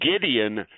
Gideon